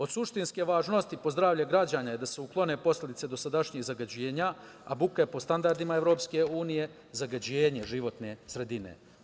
Od suštinske važnosti po zdravlje građana je da se uklone posledice dosadašnjih zagađenja, a buka je po standardima EU zagađenje životne sredine.